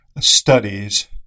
studies